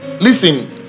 Listen